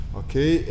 okay